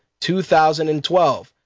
2012